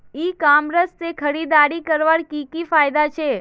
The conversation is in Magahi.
ई कॉमर्स से खरीदारी करवार की की फायदा छे?